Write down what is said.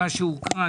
מה שהוקרא.